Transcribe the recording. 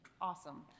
awesome